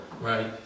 Right